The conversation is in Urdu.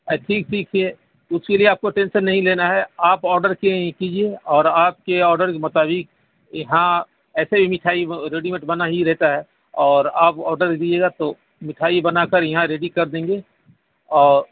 آ ٹھیک ٹھیک کیے اس کے لیے آپ کو ٹینشن ںہیں لینا ہے آپ آرڈر کیجیے اور آپ کے آرڈر کے مطابق یہاں ایسے ہی مٹھائی ریڈی میڈ بنا ہی رہتا ہے اور آپ آرڈر دیجیے گا تو مٹھائی بنا کر یہاں ریڈی کر دیں گے اور